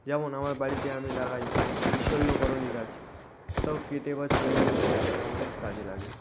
যেমন আমার বাড়িতে আমি লাগাই বিশল্যকরণী গাছ কোথাও কেটে বা ছড়ে গেলে সেই গাছটা আমাদের কাছে লাগে